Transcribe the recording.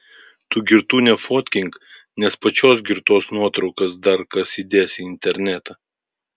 tu girtų nefotkink nes pačios girtos nuotraukas dar kas įdės į internetą